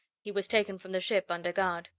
he was taken from the ship under guard.